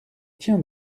tiens